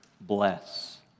bless